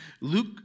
Luke